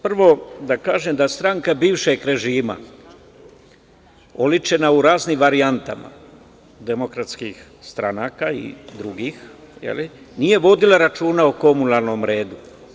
Prvo, da kažem da stranka bivšeg režima, oličena u raznim varijantama demokratskih stranaka i drugih, nije vodila računa o komunalnom redu.